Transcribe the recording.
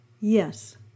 Yes